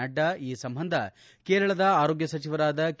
ನಡ್ಡಾ ಈ ಸಂಬಂಧ ಕೇರಳದ ಆರೋಗ್ಯ ಸಚಿವರಾದ ಕೆ